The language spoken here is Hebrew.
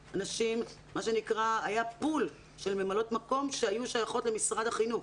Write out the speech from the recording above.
היה מלאי של ממלאות מקום שהיו שייכות למשרד החינוך.